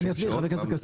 אני אסביר חבר הכנסת כסיף,